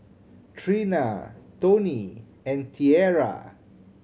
Treena Toney and Tierra